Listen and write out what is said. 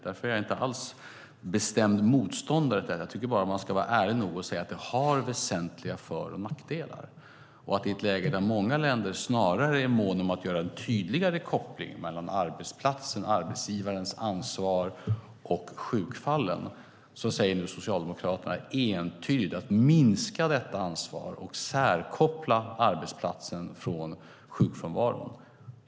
Därför är jag inte alls bestämd motståndare till detta. Jag tycker bara att man ska vara ärlig nog och säga att det har väsentliga för och nackdelar. I ett läge där många länder snarare är måna om att göra en tydligare koppling mellan arbetsplatsen, arbetsgivarens ansvar och sjukfallen säger Socialdemokraterna nu entydigt att man ska minska detta ansvar och särkoppla arbetsplatsen från sjukfrånvaron.